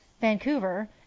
Vancouver